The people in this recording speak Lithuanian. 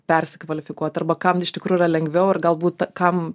persikvalifikuot arba kam iš tikrųjų yra lengviau ir galbūt kam